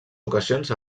ocasions